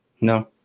No